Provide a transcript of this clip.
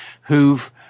who've